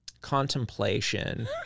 Contemplation